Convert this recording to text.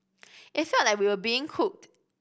it felt like we were being cooked